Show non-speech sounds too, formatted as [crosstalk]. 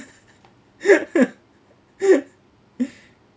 [laughs] [breath]